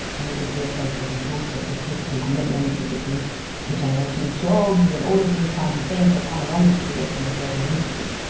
and it would be associated with all sorts of political commitments, it would be another generation of jobs and all of these kind of things that come along with creating a global industry.